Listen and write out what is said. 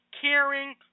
caring